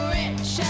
rich